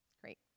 Great